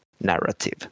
narrative